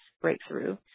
breakthrough